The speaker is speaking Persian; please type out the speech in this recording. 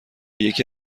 یکی